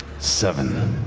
seven.